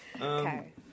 Okay